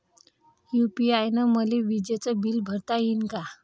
UPI न मले विजेचं बिल भरता यीन का?